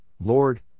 Lord